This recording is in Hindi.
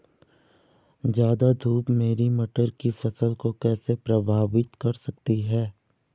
ज़्यादा धूप मेरी मटर की फसल को कैसे प्रभावित कर सकती है?